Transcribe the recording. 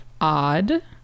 odd